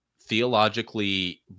theologically